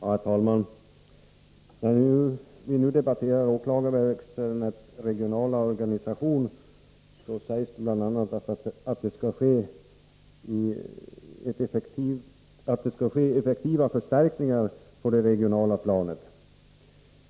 Herr talman! När vi nu debatterar åklagarväsendets regionala organisation sägs det bl.a. att det skall ske effektiva förstärkningar på det regionala planet.